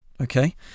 Okay